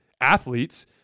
athletes